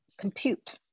compute